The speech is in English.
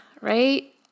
right